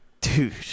dude